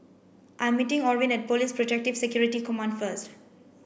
I'm meeting Orvin at Police Protective Security Command first